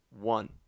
one